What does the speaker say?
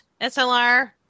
SLR